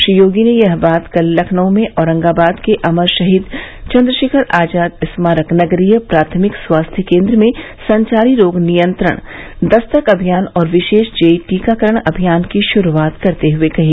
श्री योगी ने यह बात कल लखनऊ में औरंगाबाद के अमर शहीद चन्द्रशेखर आज़ाद स्मारक नगरीय प्राथमिक स्वास्थ्य केन्द्र में संचारी रोग नियंत्रण दस्तक अभियान और विशेष जेई टीकाकरण अभियान की शुरूआत करते हुए कही